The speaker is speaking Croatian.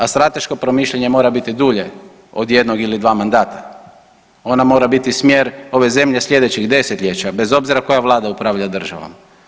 A strateško promišljanje mora biti dulje od jednog ili dva mandata, ona mora biti smjer ove zemlje sljedećih desetljeća bez obzira koja vlada upravlja državom.